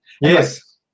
Yes